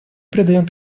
придаем